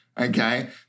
Okay